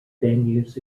venues